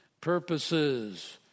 purposes